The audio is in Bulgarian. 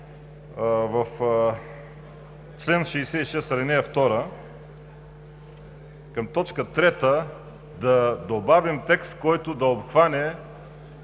в чл. 66, ал. 2 към т. 3 да добавим текст, който да обхване